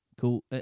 cool